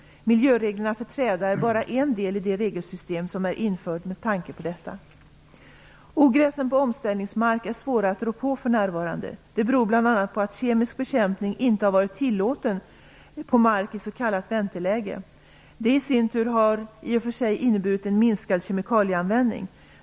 Miljöreglerna för träda är bara en del i det regelsystem som är infört med tanke på detta. Ogräsen på omställningsmark är svåra att rå på för närvarande. Det beror bl.a. på att kemiskt bekämpning inte har varit tillåten på mark i s.k. vänteläge. Det i sin tur har i och för sig inneburit en minskad kemikalieanvändning.